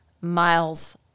miles